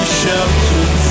shelter